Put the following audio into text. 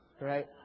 right